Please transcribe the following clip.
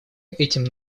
этим